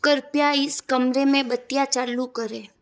कृपया इस कमरे में बत्तियाँ चालू करें